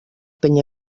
penya